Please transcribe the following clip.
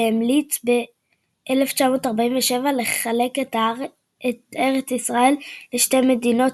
שהמליץ ב־1947 לחלק את ארץ ישראל לשתי מדינות,